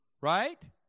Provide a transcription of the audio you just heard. right